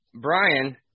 Brian